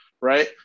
right